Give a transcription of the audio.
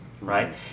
right